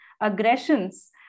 aggressions